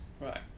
Right